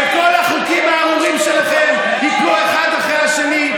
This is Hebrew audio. שכל החוקים הארורים שלכם ייפלו אחד אחרי השני.